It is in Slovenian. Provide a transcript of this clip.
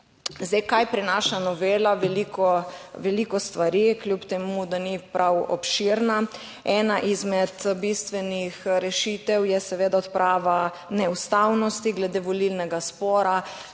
Kaj prinaša novela? Veliko stvari kljub temu, da ni prav obširna. Ena izmed bistvenih rešitev je seveda odprava neustavnosti glede volilnega spora.